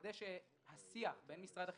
ולוודא שהשיח בין משרד החינוך,